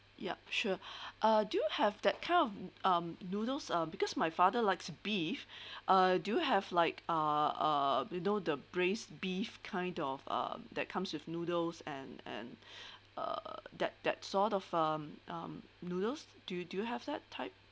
ya sure uh do you have that kind of um noodles uh because my father likes beef uh do you have like uh uh you know the braised beef kind of um that comes with noodles and and uh that that sort of um um noodles do do you have that type